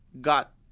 Got